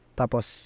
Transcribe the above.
tapos